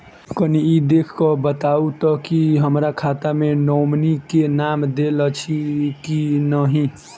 कनि ई देख कऽ बताऊ तऽ की हमरा खाता मे नॉमनी केँ नाम देल अछि की नहि?